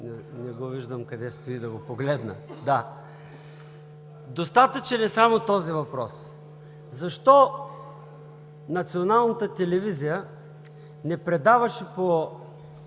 не го виждам къде стои, да го погледна. Достатъчен е само този въпрос: защо Националната телевизия не предаваше по